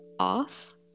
off